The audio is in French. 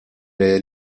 est